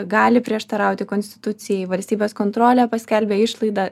gali prieštarauti konstitucijai valstybės kontrolė paskelbė išlaidą